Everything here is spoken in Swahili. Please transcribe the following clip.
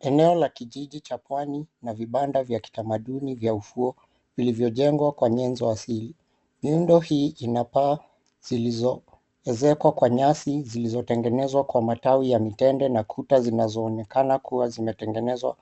Eneo la kijiji cha pwani na vibanda vya kitamaduni vya ufuo vilivyojengwa kwa nyenzo asili. Nyendo hii inapaa zilizoezekwa kwa nyasi zilizotengenezwa kwa matawi ya mitende na kuta zinazoonekana kuwa zimetengenezwa